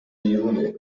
بیرونه